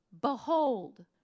Behold